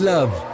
Love